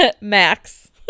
max